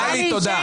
טלי, תודה.